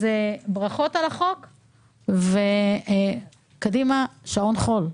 ברכות על הצעת החוק, וקדימה, שעון החול קיים.